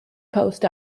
post